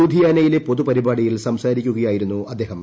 ലുധിയാനയിലെ പൊതുപരിപാടിയിൽ സംസാരിക്കുകയായിരുന്നു അദ്ദേഹം